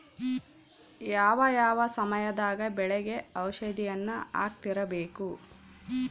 ಯಾವ ಯಾವ ಸಮಯದಾಗ ಬೆಳೆಗೆ ಔಷಧಿಯನ್ನು ಹಾಕ್ತಿರಬೇಕು?